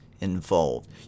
involved